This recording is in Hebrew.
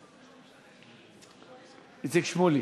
איציק שמולי,